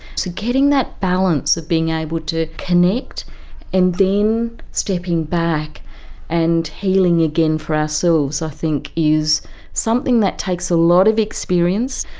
so getting that balance of being able to connect and then stepping back and healing again for ourselves i think is something that takes a lot of experience,